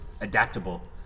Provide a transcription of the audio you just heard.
adaptable